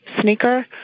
sneaker